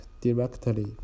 directly